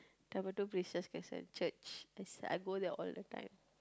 double two places gets a church cause I go there all the time